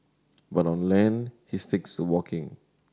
but on land he sticks to walking